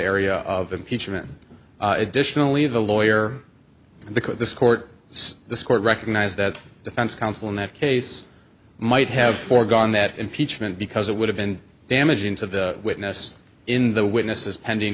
area of impeachment additionally the lawyer and the court so this court recognized that defense counsel in that case might have foregone that impeachment because it would have been damaging to the witness in the witnesses pending